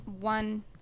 one